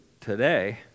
today